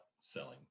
selling